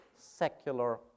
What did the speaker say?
secular